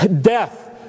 death